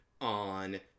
on